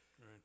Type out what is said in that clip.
Right